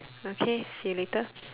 okay see you later